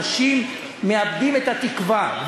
אנשים מאבדים את התקווה.